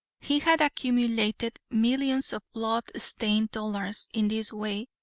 he had accumulated millions of blood-stained dollars in this way,